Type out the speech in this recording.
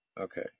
Okay